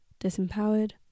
disempowered